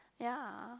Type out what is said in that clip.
ya